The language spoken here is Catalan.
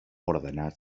ordenat